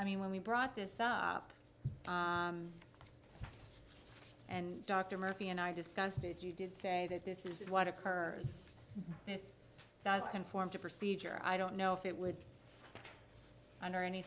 i mean when we brought this up and dr murphy and i discussed it you did say that this is what occurs this does conform to procedure i don't know if it would under any